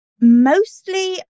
mostly